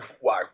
wow